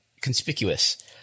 conspicuous